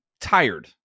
tired